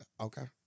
Okay